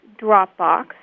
Dropbox